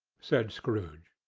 said scrooge.